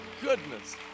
goodness